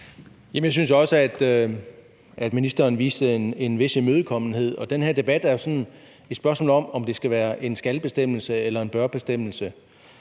Jeg synes også, at ministeren viste en vis imødekommenhed, og den her debat er jo et spørgsmål om, om det skal være en »skal«-bestemmelse eller en »bør«-bestemmelse.